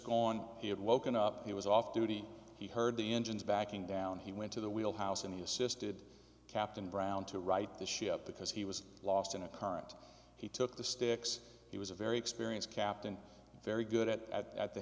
gone he had woken up he was off duty he heard the engines backing down he went to the wheel house and the assisted captain brown to right the ship because he was lost in a current he took the sticks he was a very experienced captain very good at at